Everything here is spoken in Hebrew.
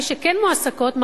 מי שכן מועסקות,